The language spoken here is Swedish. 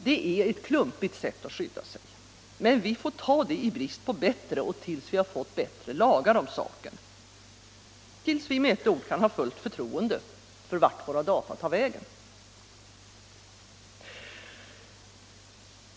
Det är ett klumpigt sätt att skydda sig, men vi får ta det i brist på bättre och tills vi har fått bättre lagar om saken -— tills vi, med ett ord, kan ha fullt förtroende för vart våra data tar vägen.